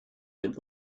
den